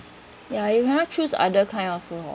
ya you cannot choose other kind also hor